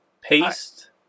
paste